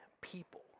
people